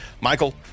michael